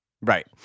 Right